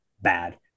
bad